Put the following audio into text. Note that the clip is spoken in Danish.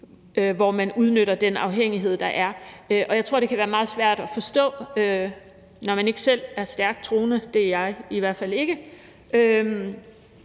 at man udnytter den afhængighed, der er. Jeg tror, det kan være meget svært at forstå, når man ikke selv er stærkt troende – og det er jeg i hvert fald ikke